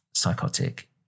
psychotic